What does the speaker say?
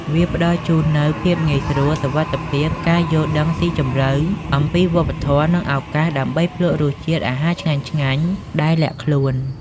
វាផ្តល់ជូននូវភាពងាយស្រួល សុវត្ថិភាព ការយល់ដឹងស៊ីជម្រៅអំពីវប្បធម៌ និងឱកាសដើម្បីភ្លក្សរសជាតិអាហារឆ្ងាញ់ៗដែលលាក់ខ្លួន។